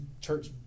church